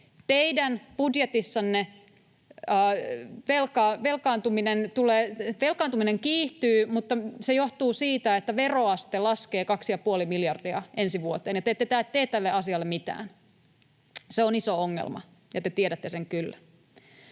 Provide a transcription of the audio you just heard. Teidän budjetissanne velkaantuminen kiihtyy, mutta se johtuu siitä, että veroaste laskee 2,5 miljardia ensi vuoteen ja te ette te tee tälle asialle mitään. Se on iso ongelma, ja te tiedätte sen kyllä.